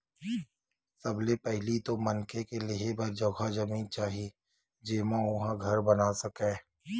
सबले पहिली तो मनखे ल रेहे बर जघा जमीन चाही जेमा ओ ह घर बना सकय